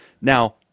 Now